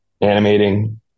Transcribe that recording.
Animating